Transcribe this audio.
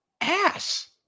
ass